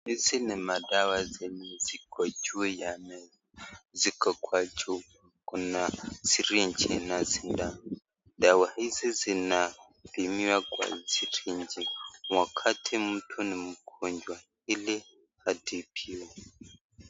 Hizi ni madawa zenye ziko juu ya meza. Ziko kwa chupa. Kuna syringe na sindano. Dawa hizi pimiwa kwa syringe wakati mtu ni mgonjwa ili atibiwe.